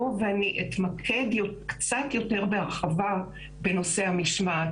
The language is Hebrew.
אני אתמקד קצת יותר בהרחבה בנושא המשמעת,